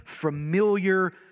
familiar